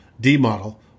D-model